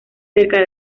cerca